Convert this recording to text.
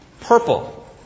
purple